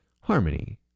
harmony